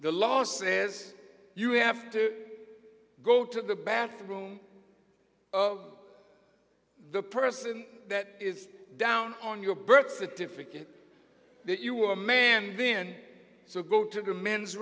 the law says you have to go to the bathroom the person that is down on your birth certificate that you are a man then so go to the men's